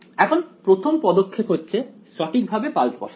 এখন প্রথম পদক্ষেপ হচ্ছে সঠিকভাবে পালস বসানো